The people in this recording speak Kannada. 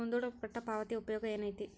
ಮುಂದೂಡಲ್ಪಟ್ಟ ಪಾವತಿಯ ಉಪಯೋಗ ಏನೈತಿ